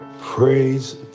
praise